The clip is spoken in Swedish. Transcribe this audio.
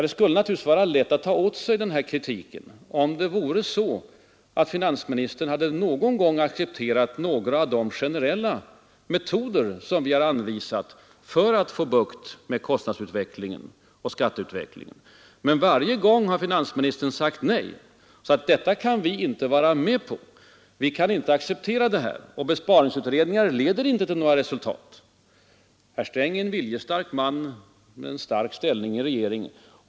Det skulle naturligtvis vara lätt att ta åt sig den kritiken, om finansministern någon gång hade accepterat några av de generella metoder som vi har anvisat för att få bukt med kostnadsoch skatteutvecklingen. Men varje gång vi har föreslagit något sådant har finansministern sagt: ”Detta kan vi inte vara med på. Vi kan inte acceptera det här. Besparingsutredningar leder inte till några resultat.” Herr Sträng är en viljestark man med en stark ställning i regeringen.